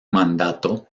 mandato